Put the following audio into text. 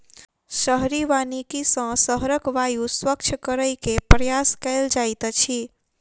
शहरी वानिकी सॅ शहरक वायु स्वच्छ करै के प्रयास कएल जाइत अछि